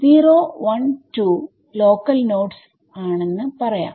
0 1 2 local nodes ആണെന്ന് പറയാം